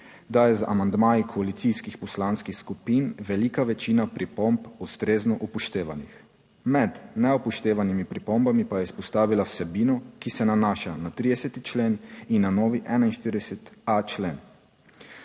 da je z amandmaji koalicijskih poslanskih skupin velika večina pripomb ustrezno upoštevanih. Med neupoštevanimi pripombami pa je izpostavila vsebino, ki se nanaša na 30. člen in na novi 41.a člen.